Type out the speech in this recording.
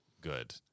good